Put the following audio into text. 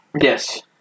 Yes